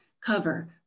cover